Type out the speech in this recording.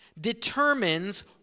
determines